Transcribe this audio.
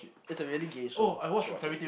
it's a really gay show should watch it